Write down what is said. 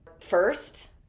first